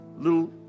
Little